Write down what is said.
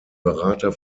berater